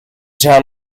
town